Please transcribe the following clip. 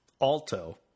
Alto